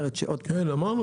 כן, אמרנו את זה.